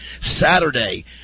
Saturday